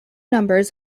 numbers